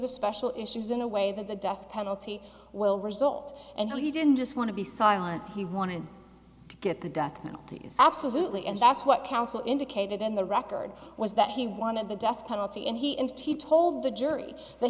the special issue is in a way that the death penalty will result and he didn't just want to be silent he wanted to get the government absolutely and that's what counsel indicated in the record was that he wanted the death penalty and he in t told the jury that